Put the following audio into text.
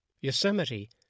Yosemite